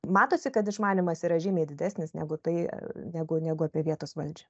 matosi kad išmanymas yra žymiai didesnis negu tai negu negu apie vietos valdžią